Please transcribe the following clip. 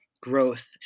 growth